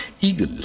eagle